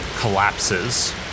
collapses